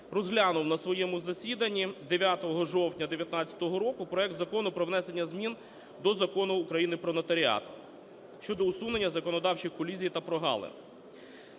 розглянув на своєму засіданні 9 жовтня 19-го року проект Закону про внесення змін до Закону України "Про нотаріат" (щодо усунення законодавчих колізій та прогалин).